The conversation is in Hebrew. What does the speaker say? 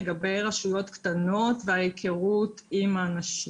לגבי רשויות קטנות וההיכרות עם האנשים.